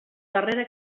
darrera